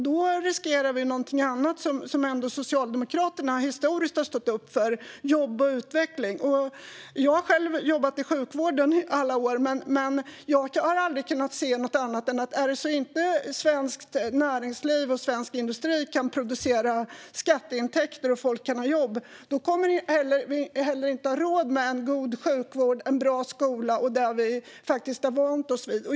Då riskerar vi någonting annat som Socialdemokraterna ändå historiskt har stått upp för, nämligen jobb och utveckling. Jag har själv jobbat i sjukvården i alla år. Men jag har aldrig kunnat se något annat än att om inte svenskt näringsliv och svensk industri kan producera skatteintäkter och folk kan ha jobb kommer vi heller inte att ha råd med en god sjukvård och en bra skola som vi faktiskt har vant oss vid.